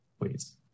please